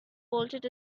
bolted